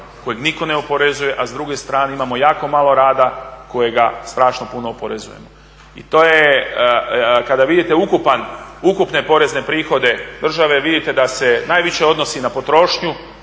kojeg nitko ne oporezuje, a s druge strane imamo jako malo rada kojega strašno puno oporezujemo. I to je kada vidite ukupne porezne prihode države vidite da se najviše odnosi na potrošnju,